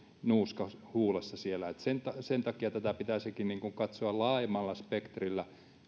nuuska huulessa siellä sen sen takia tätä pitäisikin katsoa laajemmalla spektrillä